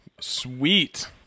sweet